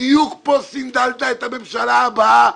בדיוק פה סנדלת את הממשלה הבאה,